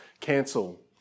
cancel